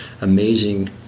amazing